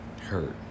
hurt